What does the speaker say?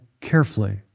carefully